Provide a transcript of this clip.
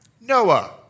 Noah